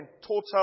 total